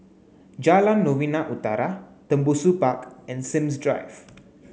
Jalan Novena Utara Tembusu Park and Sims Drive